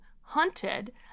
hunted